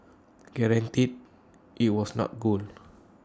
granted IT was not gold